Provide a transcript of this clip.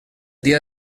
dia